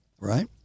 right